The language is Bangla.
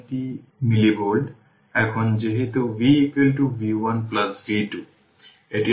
অতএব যদি আপনি এই নোডে KCL প্রয়োগ করেন তাহলে প্রাথমিক অবস্থার জন্য আপনি লিখতে পারেন যে i 0 i 1 0 প্লাস i 2 0